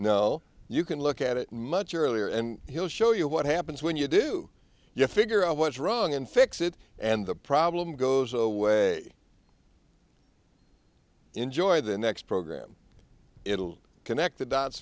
now you can look at it much earlier and he'll show you what happens when you do you figure out what's wrong and fix it and the problem goes away enjoy the next program it'll connect the dots